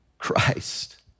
Christ